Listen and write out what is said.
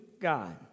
God